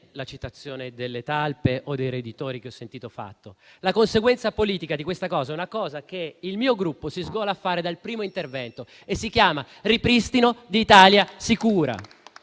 la citazione delle talpe o dei roditori che ho sentito fare. La conseguenza politica di ciò è una cosa per cui il mio Gruppo si sgola sin dal primo intervento e si chiama ripristino di Italia sicura